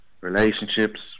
relationships